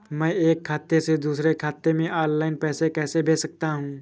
मैं एक खाते से दूसरे खाते में ऑनलाइन पैसे कैसे भेज सकता हूँ?